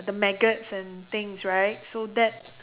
the maggots and things right so that